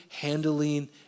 handling